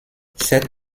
cette